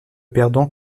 perdant